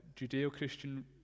Judeo-Christian